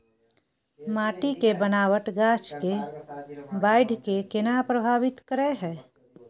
माटी के बनावट गाछ के बाइढ़ के केना प्रभावित करय हय?